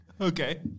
Okay